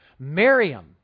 Miriam